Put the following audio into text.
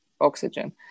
oxygen